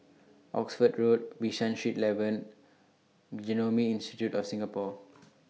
Oxford Road Bishan Street eleven and Genome Institute of Singapore